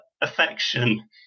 affection